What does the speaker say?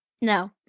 No